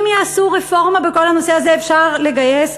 אם יעשו רפורמה בכל הנושא הזה אפשר לגייס,